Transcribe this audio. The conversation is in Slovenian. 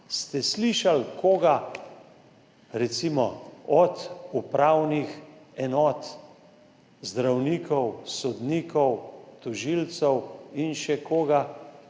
Ste slišali koga recimo iz upravnih enot, koga od zdravnikov, sodnikov, tožilcev in še koga,